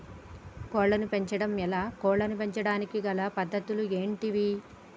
కోళ్లను పెంచడం ఎలా, కోళ్లను పెంచడానికి గల పద్ధతులు ఏంటివి?